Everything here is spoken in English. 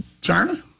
China